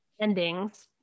endings